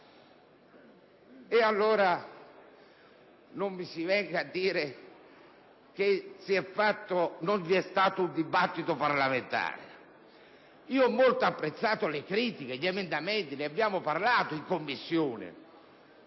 parti. Non mi si venga allora a dire che non vi è stato uno dibattito parlamentare. Ho molto apprezzato le critiche e gli emendamenti - ne abbiamo parlato in Commissione